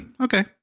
okay